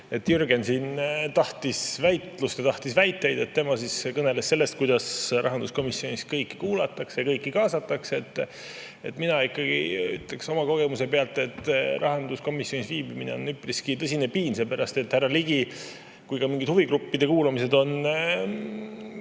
Jürgen tahtis väitlust, tahtis väiteid. Tema kõneles sellest, kuidas rahanduskomisjonis kõiki kuulatakse, kõiki kaasatakse. Mina ikkagi ütleks oma kogemuse pealt, et rahanduskomisjonis viibimine on üpriski tõsine piin, seepärast et kui on mingid huvigruppide kuulamised,